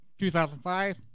2005